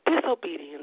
disobedience